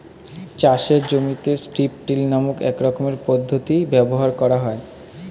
চাষের জমিতে strip till নামক এক রকমের পদ্ধতি ব্যবহার করা হয়